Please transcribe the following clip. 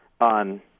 on